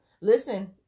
listen